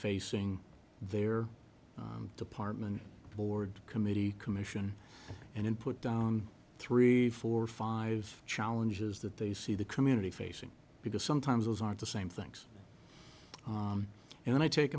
facing their department board committee commission and input down three four five challenges that they see the community facing because sometimes those are the same things and when i take